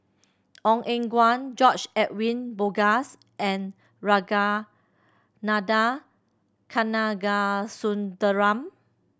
Ong Eng Guan George Edwin Bogaars and Ragunathar Kanagasuntheram